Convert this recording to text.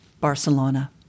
Barcelona